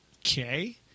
okay